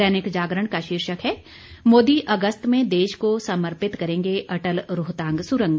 दैनिक जागरण का शीर्षक है मोदी अगस्त में देश को समर्पित करेंगे अटल रोहतांग सुरंग